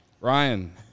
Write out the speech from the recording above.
Ryan